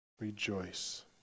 Rejoice